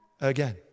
again